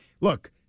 Look